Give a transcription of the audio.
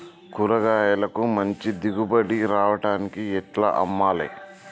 కూరగాయలకు మంచి దిగుబడి రావడానికి ఎట్ల అమ్మాలే?